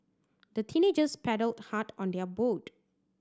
the teenagers paddled hard on their boat